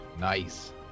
Nice